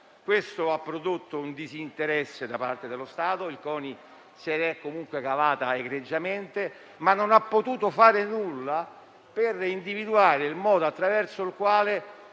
Ciò ha prodotto un disinteresse da parte dello Stato, il CONI se l'è comunque cavata egregiamente, ma non ha potuto fare nulla per individuare il modo attraverso cui